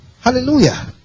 hallelujah